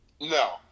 No